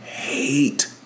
hate